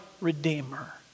redeemer